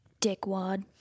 Dickwad